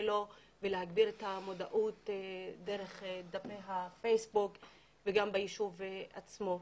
ולהגביר את המודעות דרך דפי הפייסבוק וגם בישוב עצמו.